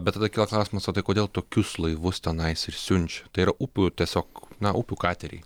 bet tada kyla klausimas o tai kodėl tokius laivus tenais ir siunčia tai yra upių tiesiog na upių kateriai